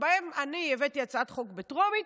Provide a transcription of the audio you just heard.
שבו אני הבאתי הצעת חוק בטרומית.